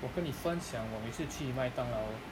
我跟你分享我每次去麦当劳